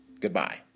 Goodbye